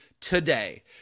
today